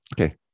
okay